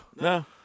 No